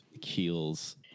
keels